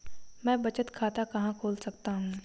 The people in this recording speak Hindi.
मैं बचत खाता कहां खोल सकता हूं?